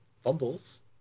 fumbles